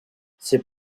ces